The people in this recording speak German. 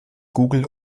google